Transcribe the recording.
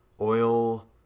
oil